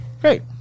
Great